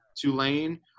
Tulane –